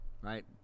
right